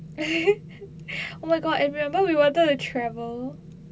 oh my god and remember we wanted to travel